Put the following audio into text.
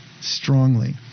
strongly